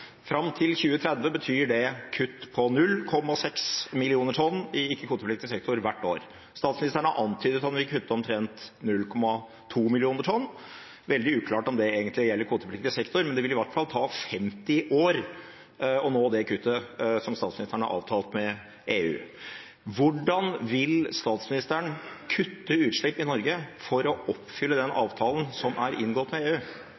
hvert år. Statsministeren har antydet at hun vil kutte omtrent 0,2 millioner tonn – veldig uklart om det egentlig gjelder kvotepliktig sektor, men det vil i hvert fall ta 50 år å nå det kuttet som statsministeren har avtalt med EU. Hvordan vil statsministeren kutte utslipp i Norge for å oppfylle den avtalen som er inngått med EU?